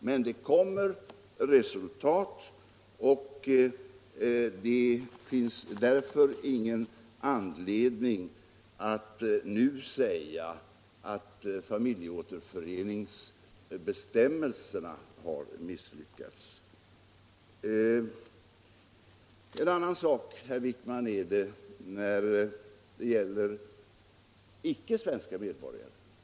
Men det kommer resultat, och det finns därför ingen anledning att nu säga att familjeåterföreningsbestämmelserna har misslyckats. En annan sak, herr Wijkman, är det när det gäller icke svenska medborgare.